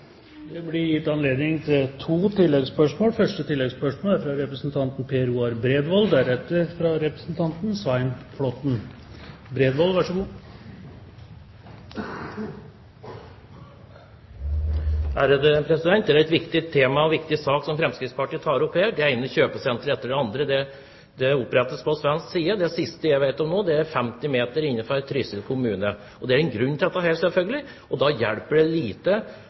Det blir gitt anledning til to oppfølgingsspørsmål – først Per Roar Bredvold. Det er et viktig tema og en viktig sak Fremskrittspartiet tar opp her. Det ene kjøpesenteret etter det andre opprettes på svensk side. Det siste jeg vet om nå, ligger 50 meter fra grensen i Trysil kommune. Det er en grunn til dette, selvfølgelig. Da hjelper det lite at det, f.eks. i desember i fjor, ble varslet at biffkjøttet i Norge skulle gå ned med 2 kr kiloen. Det